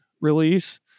release